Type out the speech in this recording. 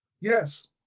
Yes